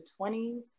20s